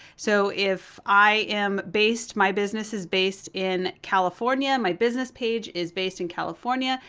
so if i am based, my business is based in california, my business page is based in california,